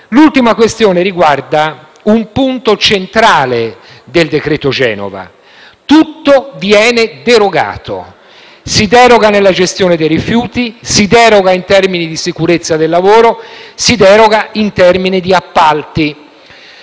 L’ultima questione riguarda un punto centrale del decreto Genova. Tutto viene derogato: si deroga nella gestione dei rifiuti, si deroga in termini di sicurezza del lavoro, si deroga in termini di appalti.